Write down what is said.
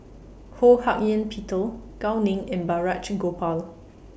Ho Hak Ean Peter Gao Ning and Balraj Gopal